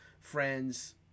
friend's